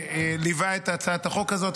שליווה את הצעת החוק הזאת.